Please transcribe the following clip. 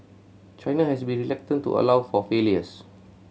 China has been reluctant to allow for failures